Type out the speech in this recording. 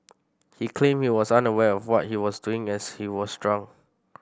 he claimed he was unaware of what he was doing as he was drunk